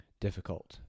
difficult